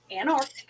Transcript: Antarctica